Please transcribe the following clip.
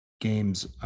games